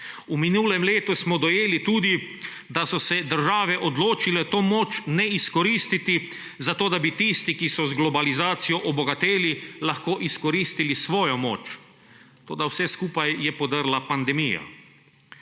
V minulem letu smo dojeli tudi, da so se države odločile to moč ne izkoristiti, zato da bi tisti, ki so z globalizacijo obogateli, lahko izkoristili svojo moč, toda vse skupaj je podrla pandemija.